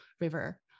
river